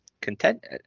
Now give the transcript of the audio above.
content